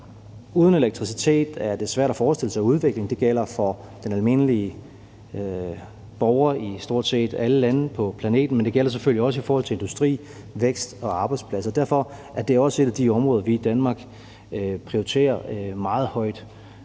Uden elektricitet er det svært at forestille sig udvikling. Det gælder for den almindelige borger i stort set alle lande på planeten, men det gælder selvfølgelig også i forhold til industri, vækst og arbejdspladser. Derfor er det også et af de områder, vi i Danmark prioriterer meget højt,